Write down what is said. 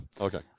Okay